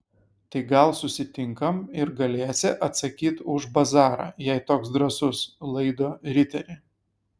tai gal susitinkam ir galėsi atsakyt už bazarą jei toks drąsus laido riteri